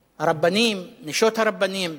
הרבנים, נשות הרבנים,